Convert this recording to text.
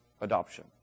adoption